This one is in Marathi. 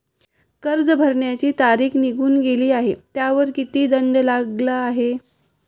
कर्ज भरण्याची तारीख निघून गेली आहे त्यावर किती दंड लागला आहे?